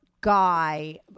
guy